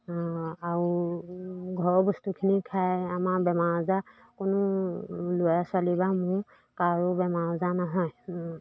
আৰু ঘৰৰ বস্তুখিনি খাই আমাৰ বেমাৰ আজাৰ কোনো ল'ৰা ছোৱালী বা মোৰ কাৰো বেমাৰ আজাৰ নহয়